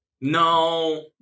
No